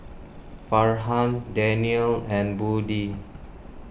Farhan Danial and Budi